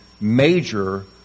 major